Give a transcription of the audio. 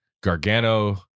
Gargano